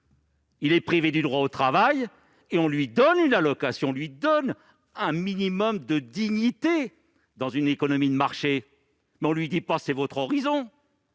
sont privés du droit au travail, on leur donne une allocation, c'est-à-dire un minimum de dignité dans une économie de marché, mais on ne leur dit pas :« C'est votre horizon !